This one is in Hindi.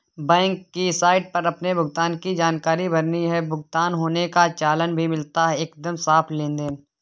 बैंक की साइट पर अपने भुगतान की जानकारी भरनी है, भुगतान होने का चालान भी मिलता है एकदम साफ़ लेनदेन